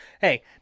Hey